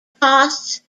costs